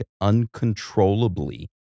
uncontrollably